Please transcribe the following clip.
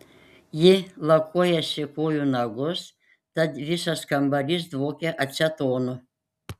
ji lakuojasi kojų nagus tad visas kambarys dvokia acetonu